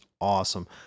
awesome